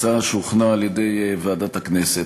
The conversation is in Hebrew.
הצעה שהוכנה על-ידי ועדת הכנסת.